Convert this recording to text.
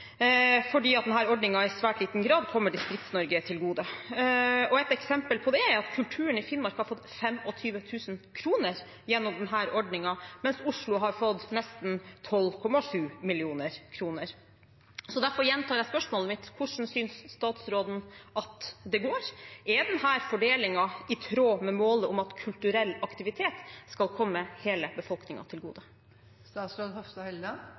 fordi denne ordningen i svært liten grad kommer Distrikts-Norge til gode. Et eksempel på det er at kulturen i Finnmark har fått 25 000 kr gjennom denne ordningen, mens Oslo har fått nesten 12,7 mill. kr. Så derfor gjentar jeg spørsmålet mitt: Hvordan synes statsråden at det går? Er denne fordelingen i tråd med målet om at kulturell aktivitet skal komme hele befolkningen til